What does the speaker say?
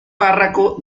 párroco